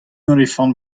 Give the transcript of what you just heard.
olifant